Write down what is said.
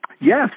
yes